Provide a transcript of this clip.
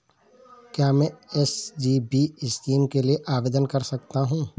क्या मैं SGB scheme के लिए आवेदन कर सकता हूँ?